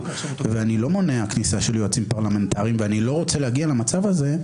אני לא מונע כניסה של יועצים פרלמנטריים ואני לא רוצה להגיע למצב הזה,